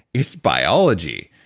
it's biology.